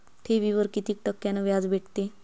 ठेवीवर कितीक टक्क्यान व्याज भेटते?